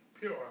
pure